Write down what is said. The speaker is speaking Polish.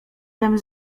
tem